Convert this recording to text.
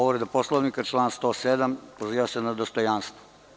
Povreda Poslovnika, član 107, pozivam se na dostojanstvo.